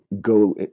go